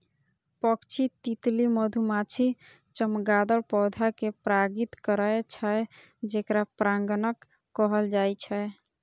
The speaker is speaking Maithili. पक्षी, तितली, मधुमाछी, चमगादड़ पौधा कें परागित करै छै, जेकरा परागणक कहल जाइ छै